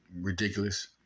ridiculous